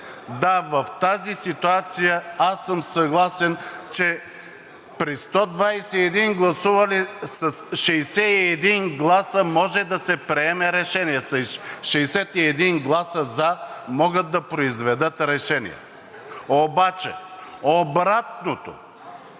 Да, в тази ситуация аз съм съгласен, че при 121 гласували с 61 гласа може да се приеме решение – с 61 гласа да могат да произведат решение. Обаче обратното